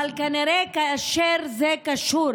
אבל כנראה שכאשר זה קשור